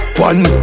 one